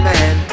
Man